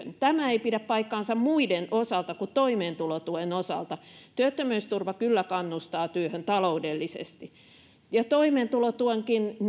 tämä ei pidä paikkaansa muiden osalta kuin toimeentulotuen osalta työttömyysturva kyllä kannustaa työhön taloudellisesti toimeentulotuenkin